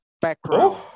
background